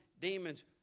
demons